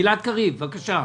ראשית,